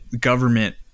government